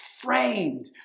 framed